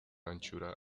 anchura